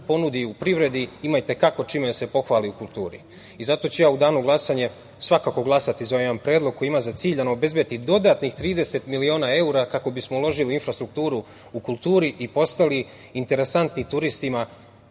ponudi u privredi, ima i te kako čime da se pohvali u kulturi. Zato ću ja u danu za glasanje svakako glasati za ovaj jedan predlog koji ima za cilj da nam obezbedi dodatnih 30 miliona evra kako bismo uložili u infrastrukturu u kulturi i postali interesantni turistima